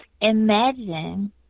Imagine